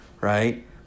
right